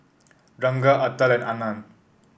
Ranga Atal and Anand